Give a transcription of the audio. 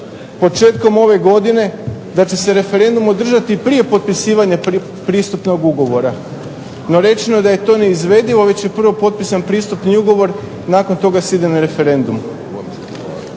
početkom ove godine da će se referendum održati prije potpisivanja navedenog ugovora, no rečeno je da je to neizvedivo već je prvo potpisan pristupni ugovor i nakon toga se ide na referendum.